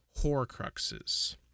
horcruxes